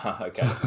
Okay